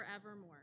forevermore